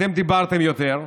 אתם דיברתם יותר.